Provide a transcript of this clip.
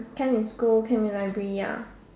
camp in school camp in library ya